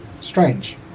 strange